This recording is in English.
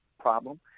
problem